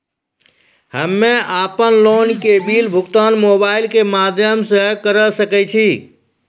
हम्मे अपन लोन के बिल भुगतान मोबाइल के माध्यम से करऽ सके छी?